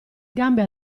gambe